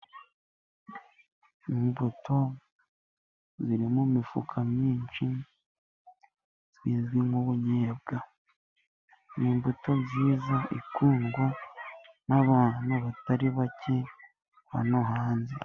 Imbuto ziri mu mifuka myinshi zizwi nk'ubunyebwa, ni imbuto nziza zikundwa n'abantu batari bake hano hanze.